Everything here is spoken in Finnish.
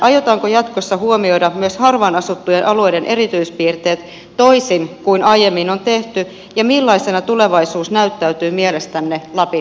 aiotaanko jatkossa huomioida myös harvaan asuttujen alueiden erityispiirteet toisin kuin aiemmin on tehty ja millaisena tulevaisuus näyttäytyy mielestänne lapin osalta